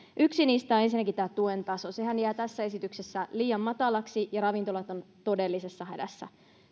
yksi niistä on ensinnäkin tämä tuen taso sehän jää tässä esityksessä liian matalaksi ja ravintolat ovat todellisessa hädässä